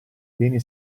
beni